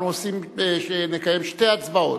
אנחנו נקיים שתי הצבעות,